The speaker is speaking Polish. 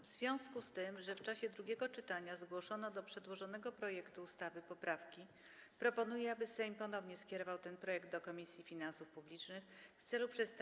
W związku z tym, że w czasie drugiego czytania zgłoszono do przedłożonego projektu ustawy poprawki, proponuję, aby Sejm ponownie skierował ten projekt do Komisji Finansów Publicznych w celu przedstawienia sprawozdania.